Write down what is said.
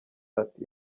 ati